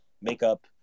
makeup